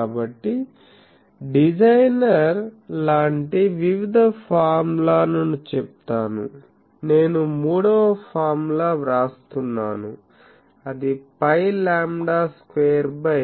కాబట్టి డిజైనర్ లాంటి వివిధ ఫార్ములాలను చెప్తాను నేను మూడవ ఫార్ములా వ్రాస్తున్నాను అది π లాంబ్డా స్క్వేర్ బై